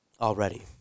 already